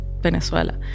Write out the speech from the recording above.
Venezuela